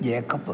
Jacob